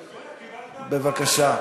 בבקשה.